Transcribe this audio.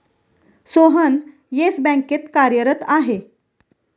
Sohan Yes बँकेत कार्यरत आहे